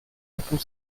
alcun